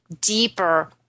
deeper